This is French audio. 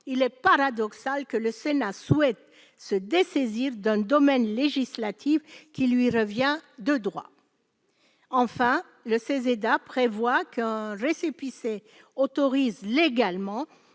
il est paradoxal que le Sénat souhaite se dessaisir d'un domaine législatif qui lui revient de droit. Enfin, le Ceseda prévoit qu'un récépissé autorise légalement